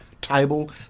table